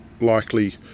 likely